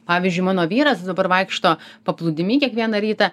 pavyzdžiui mano vyras dabar vaikšto paplūdimy kiekvieną rytą